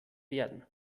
werden